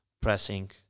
pressing